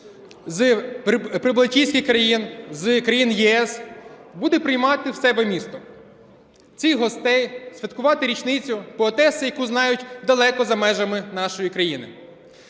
з Прибалтійських країн, з країн ЄС, буде приймати в себе в місті цих гостей святкувати річницю поетеси, яку знають далеко за межами нашої країни.